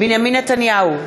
בנימין נתניהו,